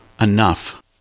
Enough